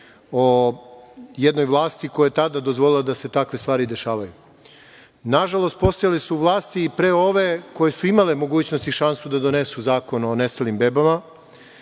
o jednoj vlasti koja je tada dozvolila da se takve stvari dešavaju. Nažalost, postojale su vlasti i pre ove koje su imale mogućnost i šansu da donesu zakon o nestalim bebama,